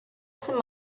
some